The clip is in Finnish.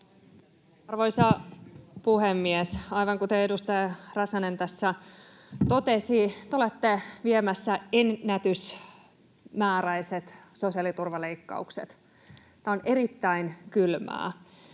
Arvoisa puhemies! Aivan kuten edustaja Räsänen tässä totesi, te olette viemässä ennätysmääräiset sosiaaliturvaleikkaukset. Tämä on erittäin kylmää.